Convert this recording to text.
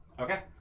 Okay